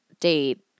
date